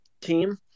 team